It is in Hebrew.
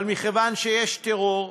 אבל מכיוון שיש טרור,